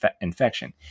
infection